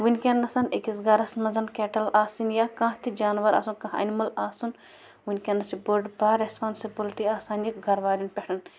وٕںکٮ۪نَس أکِس گَرَس منٛز کٮ۪ٹَل آسٕنۍ یا کانٛہہ تہِ جانوَر آسُن کانٛہہ اَنِمٕل آسُن وٕنکٮ۪نَس چھِ بٔڑ بار رٮ۪سپانسٕبٕلٹی آسان یہِ گَرٕ والٮ۪ن پٮ۪ٹھ